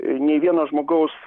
nei vieno žmogaus